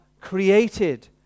created